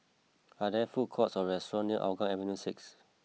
are there food courts or restaurants near Hougang Avenue six